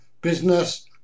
business